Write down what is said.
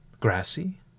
grassy